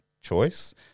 choice